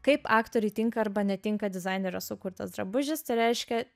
kaip aktoriui tinka arba netinka dizainerio sukurtas drabužis tai reiškia